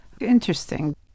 interesting